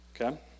Okay